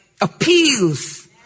appeals